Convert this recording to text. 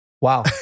Wow